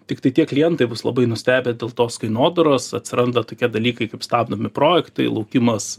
tiktai tie klientai bus labai nustebę dėl tos kainodaros atsiranda tokie dalykai kaip stabdomi projektai laukimas